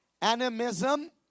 animism